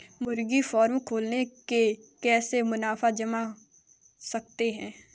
मुर्गी फार्म खोल के कैसे मुनाफा कमा सकते हैं?